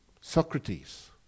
Socrates